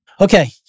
Okay